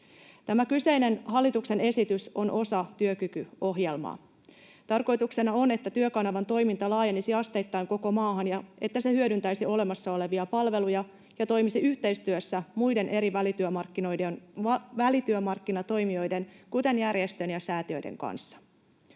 Tämä kyseinen hallituksen esitys on osa työkykyohjelmaa. Tarkoituksena on, että Työkanavan toiminta laajenisi asteittain koko maahan ja että se hyödyntäisi olemassa olevia palveluja ja toimisi yhteistyössä muiden eri välityömarkkinatoimijoiden, kuten järjestöjen ja säätiöiden, kanssa.